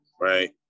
right